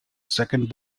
second